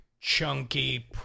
chunky